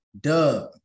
Duh